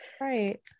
right